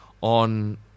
on